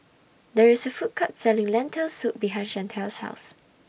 There IS A Food Court Selling Lentil Soup behind Shantel's House